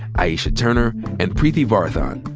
aisha turner, and preeti varathan,